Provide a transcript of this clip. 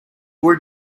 were